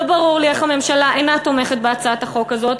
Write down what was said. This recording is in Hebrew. לא ברור לי איך הממשלה אינה תומכת בהצעת החוק הזאת,